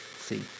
see